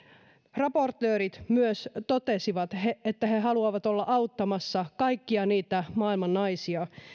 raportöörit myös totesivat että he haluavat olla auttamassa kaikkia niitä maailman naisia